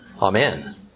Amen